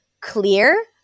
clear